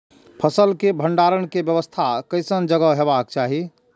फसल के भंडारण के व्यवस्था केसन जगह हेबाक चाही?